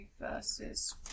versus